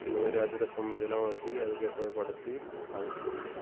இது மாதிரி அதிரசம் இதுல்லாம் வச்சி அதுக்கேற்ற மாதிரி படைச்சி சாமி கும்பிடுவோம்